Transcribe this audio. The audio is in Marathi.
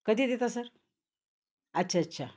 कधी देता सर अच्छा अच्छा